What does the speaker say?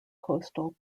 coastal